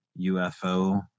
UFO